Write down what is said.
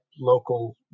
local